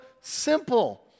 simple